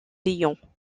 lions